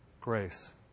Grace